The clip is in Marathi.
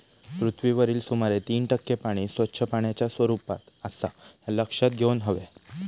पृथ्वीवरील सुमारे तीन टक्के पाणी स्वच्छ पाण्याच्या स्वरूपात आसा ह्या लक्षात घेऊन हव्या